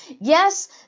Yes